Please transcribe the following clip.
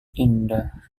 indah